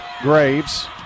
Graves